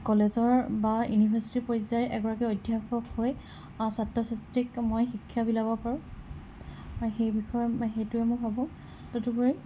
কলেজৰ বা ইউনিভাৰ্চিটি পৰ্যায়ৰ এগৰাকী অধ্যাপক হৈ ছাত্ৰ ছাত্ৰীক মই শিক্ষা বিলাব পাৰোঁ আৰু সেইবিষয়ে সেইটোৱে মই ভাবোঁ তদুপৰি